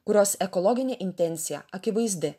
kurios ekologinė intencija akivaizdi